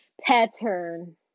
pattern